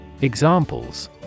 Examples